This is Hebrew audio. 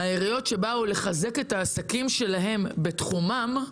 העיריות שבאו לחזק את העסקים שלהם בתחומם,